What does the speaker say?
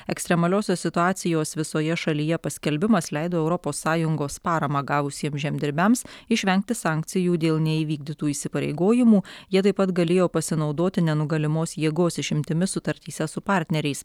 ekstremaliosios situacijos visoje šalyje paskelbimas leido europos sąjungos paramą gavusiems žemdirbiams išvengti sankcijų dėl neįvykdytų įsipareigojimų jie taip pat galėjo pasinaudoti nenugalimos jėgos išimtimis sutartyse su partneriais